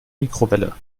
mikrowelle